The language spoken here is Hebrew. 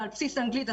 ועל בסיס אנגלית,